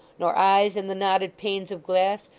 nor eyes in the knotted panes of glass,